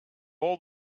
all